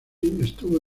estuvo